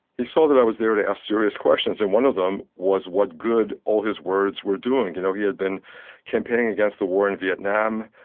he saw that i was there to ask serious questions, and one of them was, what good all his words were doing. you know he had been campaigning against the war in vietnam,